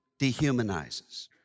dehumanizes